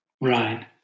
Right